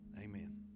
Amen